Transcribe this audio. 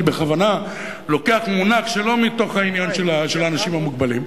אני בכוונה לוקח מונח שלא מתוך העניין של האנשים המוגבלים.